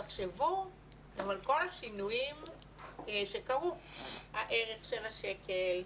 ותחשבו גם על כל השינויים שקרו, הערך של השקל,